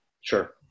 Sure